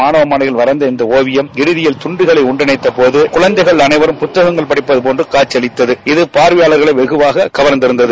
மாணவ மாணவிகள் வரைந்த இந்த ஒவியம் இறதியில் துண்டுகளை ஒன்றிணைத்த போது குழந்தைகள் அனைவரும் புத்தகங்கள் படிப்பது போன்ற இது பார்வையாளர்களை வெகுவாக கவர்ந்திருந்தது